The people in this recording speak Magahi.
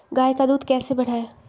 गाय का दूध कैसे बढ़ाये?